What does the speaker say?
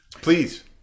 please